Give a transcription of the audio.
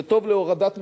זה טוב להורדת מחירים,